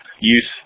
Use